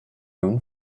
own